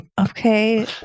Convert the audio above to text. Okay